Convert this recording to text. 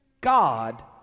God